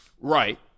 Right